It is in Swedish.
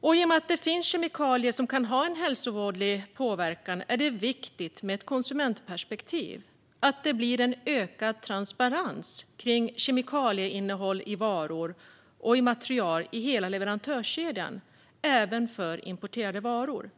I och med att det finns kemikalier som kan ha en hälsovådlig påverkan är det viktigt med ett konsumentperspektiv - att det blir en ökad transparens kring kemikalieinnehåll i varor och i material i hela leverantörskedjan, även för importerade varor.